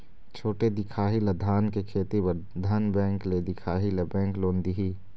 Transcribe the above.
छोटे दिखाही ला धान के खेती बर धन बैंक ले दिखाही ला बैंक लोन दिही?